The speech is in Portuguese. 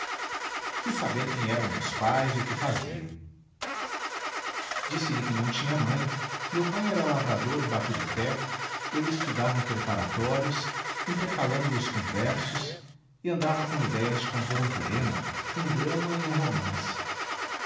quis saber quem eram meus pais e o que fazia disselhe que não tinha mãe meu pai era lavrador em baturité eu estudava preparatórios intercalando os com versos e andava com idéias de compor um poema um drama e um romance